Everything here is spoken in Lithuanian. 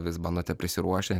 vis bandote prisiruošti